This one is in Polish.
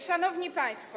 Szanowni Państwo!